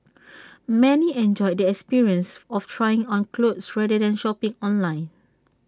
many enjoyed the experience of trying on clothes rather than shopping online